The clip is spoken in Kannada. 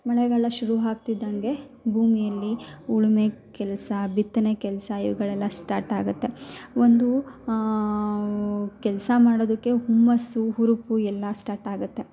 ಮಳೆಗಾಳ ಶುರು ಆಗ್ತಿದ್ದಂಗೆ ಭೂಮಿಯಲ್ಲಿ ಉಳುಮೆ ಕೆಲಸ ಬಿತ್ತನೆ ಕೆಲಸ ಇವುಗಳೆಲ್ಲ ಸ್ಟಾರ್ಟ್ ಆಗುತ್ತೆ ಒಂದೂ ಕೆಲಸ ಮಾಡೋದಕ್ಕೆ ಹುಮ್ಮಸ್ಸು ಹುರುಪು ಎಲ್ಲ ಸ್ಟಾರ್ಟ್ ಆಗುತ್ತೆ